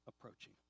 approaching